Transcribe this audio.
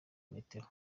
metero